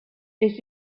this